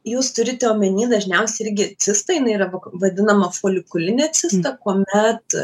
jūs turite omeny dažniausiai irgi cista jinai yra vak vadinama folikulinė cista kuomet